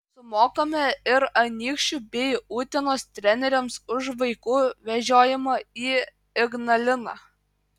sumokame ir anykščių bei utenos treneriams už vaikų vežiojimą į ignaliną